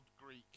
Greek